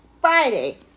Friday